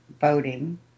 voting